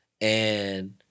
and-